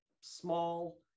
small